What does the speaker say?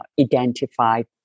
identified